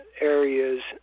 areas